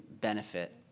benefit